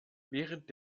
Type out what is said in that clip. während